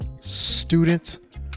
student